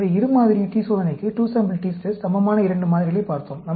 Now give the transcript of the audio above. எனவே இரு மாதிரி t சோதனைக்குச் சமமான இரண்டு மாதிரிகளைப் பார்த்தோம்